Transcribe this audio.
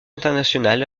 international